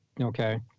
okay